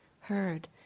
heard